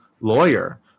lawyer